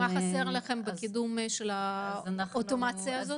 מה חסר בקידום האוטומציה הזו?